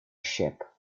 ship